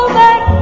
back